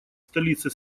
столице